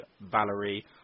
Valerie